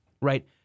right